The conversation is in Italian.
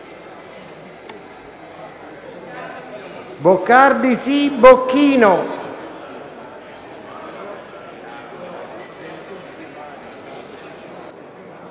Boccardi, Bocchino,